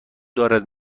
دارد